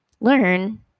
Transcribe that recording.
learn